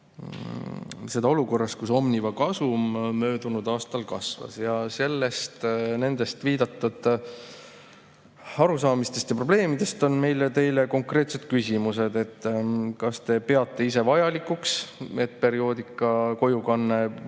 seda olukorras, kus Omniva kasum möödunud aastal kasvas. Nende viidatud arusaamiste ja probleemide kohta on meil teile konkreetsed küsimused. Kas te peate ise vajalikuks, et perioodika ja